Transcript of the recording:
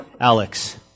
Alex